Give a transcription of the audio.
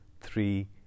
three